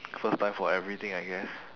first time for everything I guess